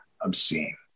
obscene